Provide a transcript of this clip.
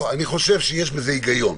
אני חושב שיש בזה היגיון,